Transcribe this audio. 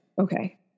okay